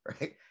right